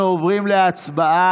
אנחנו עוברים להצבעה.